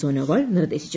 സോനോവാൾ നിർദ്ദേശിച്ചു